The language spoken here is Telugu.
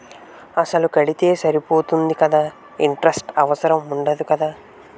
అసలు కడితే సరిపోతుంది కదా ఇంటరెస్ట్ అవసరం ఉండదు కదా?